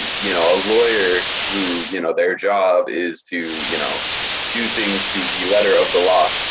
y'know, a lawyer who y'know, their job is to you know do things to the letter of the law,